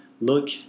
look